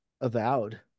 Avowed